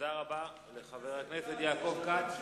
תודה רבה לחבר הכנסת יעקב כץ.